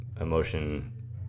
Emotion